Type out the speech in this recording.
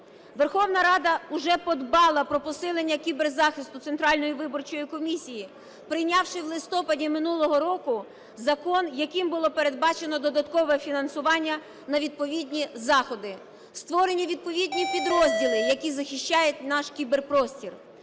Верховна Рада уже подбала про посилення кіберзахисту Центральної виборчої комісії, прийнявши в листопаді минулого року закон, яким було передбачено додаткове фінансування на відповідні заходи; створені відповідні підрозділи, які захищають наш кіберпростір.